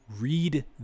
Read